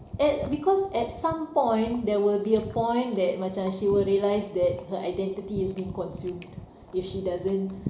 at because at some point there will be a point that macam she will realize that her identity is being consumed if she doesn't